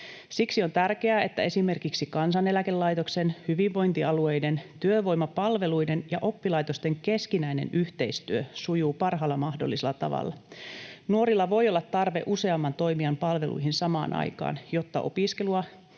Siksi on tärkeää, että esimerkiksi Kansaneläkelaitoksen, hyvinvointialueiden, työvoimapalveluiden ja oppilaitosten keskinäinen yhteistyö sujuu parhaalla mahdollisella tavalla. Nuorilla voi olla tarve useamman toimijan palveluihin samaan aikaan, jotta opiskelu-